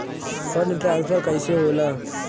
Fund transfer कैसे होला?